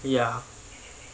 ya